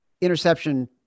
interception